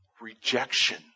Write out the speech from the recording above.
rejection